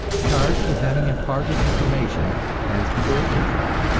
charged with having imparted information as to birth control.